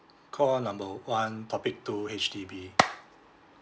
call number one topic two H_D_B